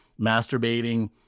masturbating